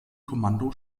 kommando